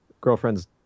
girlfriend's